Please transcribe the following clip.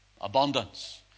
Abundance